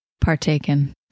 partaken